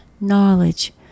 knowledge